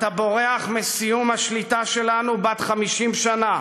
אתה בורח מסיום השליטה שלנו, בת 50 שנה,